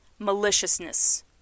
maliciousness